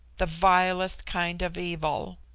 the vilest kind of evil.